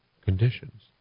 conditions